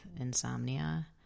insomnia